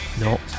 No